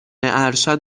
ارشد